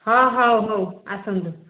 ହଁ ହଉ ହଉ ଆସନ୍ତୁ